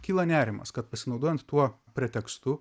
kyla nerimas kad pasinaudojant tuo pretekstu